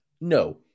No